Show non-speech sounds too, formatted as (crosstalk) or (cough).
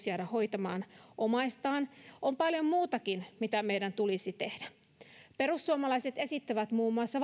(unintelligible) jäädä hoitamaan omaistaan on paljon muutakin mitä meidän tulisi tehdä perussuomalaiset esittävät vaihtoehtobudjetissaan muun muassa (unintelligible)